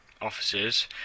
officers